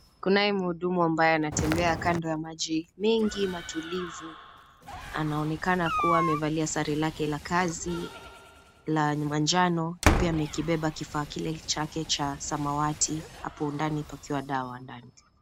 Kunaye mhudumu ambaye anatembea kando ya maji mingi matulivu, anaonekana kuwa amevalia sare lake la kazi la manjano na pia amekibeba kifaa kile chake cha samawati hapo ndani pakiwa dawa ndani.